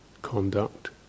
Conduct